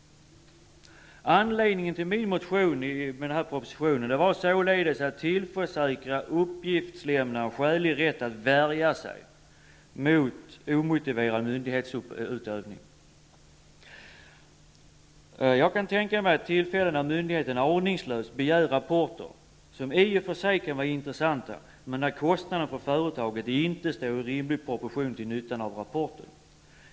Att jag väckte en motion med anledning av den här propositionen berodde således på att jag ville se till att uppgiftslämnare tillförsäkras skälig rätt att värja sig mot omotiverad myndighetsutövning. Jag kan tänka mig tillfällen då myndigheterna aningslöst begär rapporter, som i och för sig kan vara intressanta men för vilka företagens kostnader inte står i rimlig proportion till nyttan av rapporten.